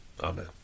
Amen